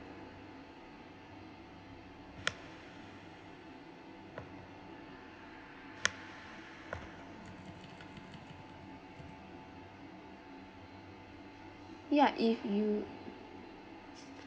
ya if you